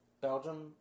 Belgium